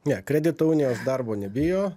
ne kredito unijos darbo nebijo